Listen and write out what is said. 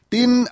Tin